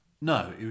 No